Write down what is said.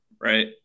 right